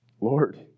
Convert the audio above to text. Lord